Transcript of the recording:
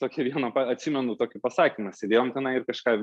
tokia viena atsimenu tokį pasakymą sėdėjom tenai ir kažką